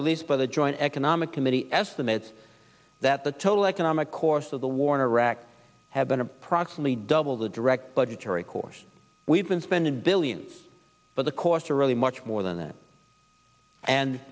released the joint economic committee estimates that the total economic course of the war in iraq has been approximately double the direct budgetary course we've been spending billions but the costs are really much more than that and